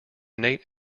nate